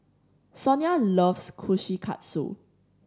Sonya loves Kushikatsu